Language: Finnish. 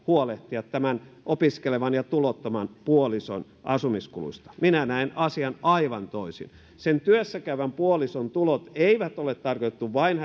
huolehtia tämän opiskelevan ja tulottoman puolison asumiskuluista minä näen asian aivan toisin sen työssä käyvän puolison tuloja ei ole tarkoitettu vain